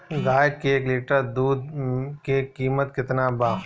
गाए के एक लीटर दूध के कीमत केतना बा?